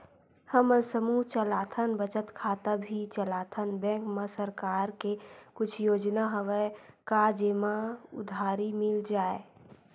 हमन समूह चलाथन बचत खाता भी चलाथन बैंक मा सरकार के कुछ योजना हवय का जेमा उधारी मिल जाय?